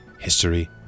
History